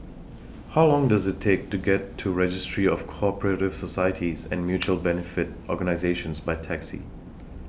How Long Does IT Take to get to Registry of Co Operative Societies and Mutual Benefit Organisations By Taxi